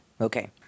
okay